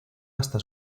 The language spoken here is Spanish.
hasta